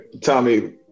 Tommy